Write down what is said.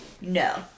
no